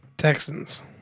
Texans